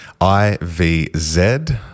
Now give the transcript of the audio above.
IVZ